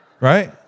right